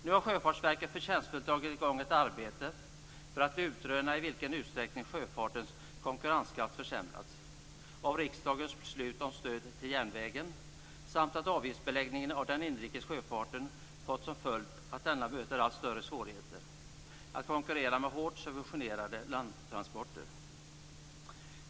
Nu har Sjöfartsverket förtjänstfullt dragit i gång ett arbete för att utröna i vilken utsträckning sjöfartens konkurrenskraft försämrats av riksdagens beslut om stöd till järnvägen, samt att avgiftsbeläggningen av den inrikes sjöfarten fått som följd att denna möter allt större svårigheter att konkurrera med hårt subventionerade landtransporter.